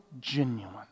genuine